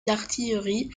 d’artillerie